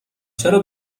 چرا